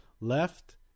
Left